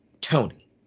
Tony